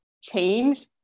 change